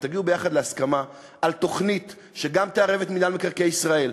אבל תגיעו יחד להסכמה על תוכנית שגם תערב את מינהל מקרקעי ישראל,